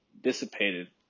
dissipated